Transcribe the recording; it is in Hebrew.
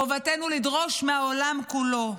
חובתנו לדרוש מהעולם כולו: